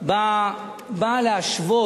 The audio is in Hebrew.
באה להשוות.